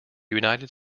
united